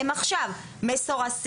הם עכשיו מסורסים,